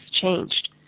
changed